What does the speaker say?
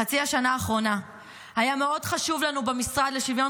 בחצי השנה האחרונה היה מאוד חשוב לנו במשרד לשוויון